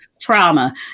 trauma